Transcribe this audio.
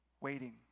Waiting